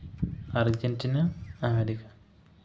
Argentina America